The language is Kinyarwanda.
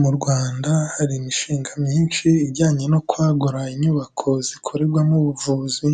Mu Rwanda hari imishinga myinshi ijyanye no kwagura inyubako zikorerwamo ubuvuzi